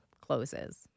closes